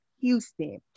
Houston